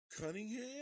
Cunningham